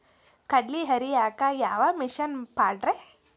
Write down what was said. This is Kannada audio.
ಕಡ್ಲಿ ಹರಿಯಾಕ ಯಾವ ಮಿಷನ್ ಪಾಡ್ರೇ?